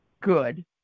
good